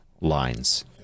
lines